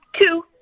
Two